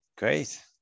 great